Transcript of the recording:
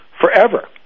forever